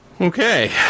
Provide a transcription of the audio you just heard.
Okay